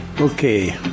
Okay